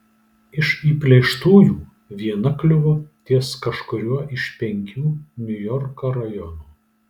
iš įplėštųjų viena kliuvo ties kažkuriuo iš penkių niujorko rajonų